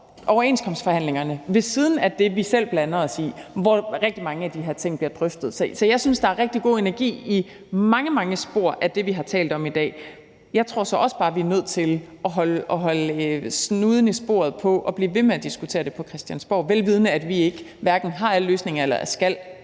overenskomstforhandlingerne ved siden af det, vi selv blander os i, hvor rigtig mange af de her ting bliver drøftet. Så jeg synes, at der er rigtig god energi i rigtig meget af det, vi har talt om i dag. Jeg tror så også bare, at vi er nødt til at holde snuden i sporet og blive ved med at diskutere det på Christiansborg, vel vidende at vi hverken har alle løsningerne eller skal